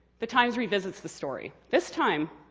the times revisits the story. this time,